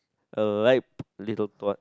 a ripe little twat